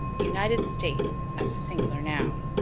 united states as a singular noun.